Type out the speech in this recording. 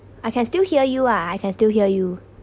I can still hear you ah I can still hear you